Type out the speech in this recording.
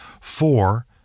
Four